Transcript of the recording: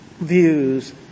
views